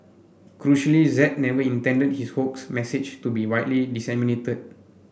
crucially Z never intended his 'hoax' message to be widely disseminated